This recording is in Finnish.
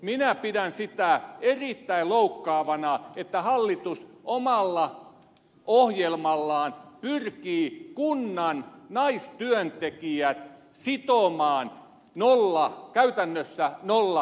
minä pidän sitä erittäin loukkaavana että hallitus omalla ohjelmallaan pyrkii kunnan naistyöntekijät sitomaan käytännössä nollaratkaisuun